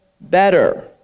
better